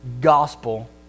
gospel